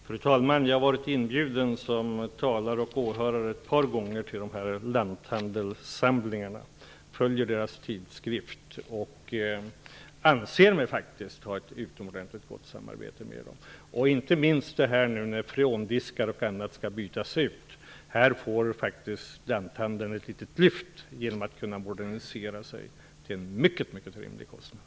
Fru talman! Jag har ett par gånger varit inbjuden som talare och åhörare till dessa lanthandlarsamlingar, jag följer deras tidskrift och anser mig faktiskt ha ett utomordentligt gott samarbete med dem. Inte minst gäller det nu när freondiskar och annat skall bytas ut. Lanthandlarna får faktiskt ett litet lyft genom att de kan modernisera sig till en högst rimlig kostnad.